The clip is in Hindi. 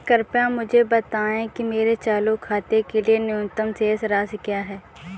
कृपया मुझे बताएं कि मेरे चालू खाते के लिए न्यूनतम शेष राशि क्या है?